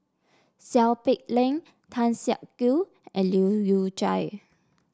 Seow Peck Leng Tan Siak Kew and Leu Yew Chye